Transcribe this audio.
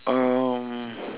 um